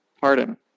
pardon